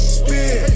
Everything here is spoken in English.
spin